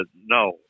no